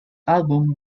album